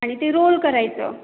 आणि ते रोल करायचं